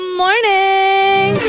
morning